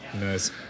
Nice